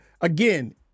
again